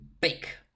bake